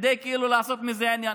כדי כאילו לעשות מזה עניין.